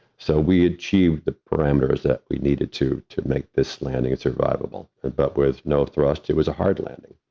so, we achieved the parameters that we needed to to make this landing survivable about with no thrust, it was a hard landing.